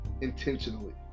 intentionally